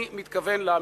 אני מתכוון להמשיך